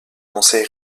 conseil